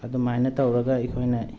ꯑꯗꯨꯃꯥꯏꯅ ꯇꯧꯔꯒ ꯑꯩꯈꯣꯏꯅ